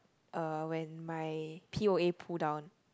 uh when my P_O_A pull down